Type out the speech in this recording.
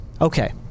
Okay